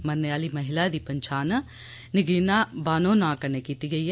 मरने आह्ली महिला दी पंछान नगीना बानो नां कन्नै कीती गेई ऐ